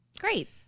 Great